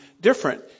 different